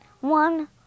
One